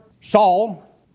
Saul